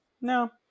no